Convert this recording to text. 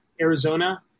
Arizona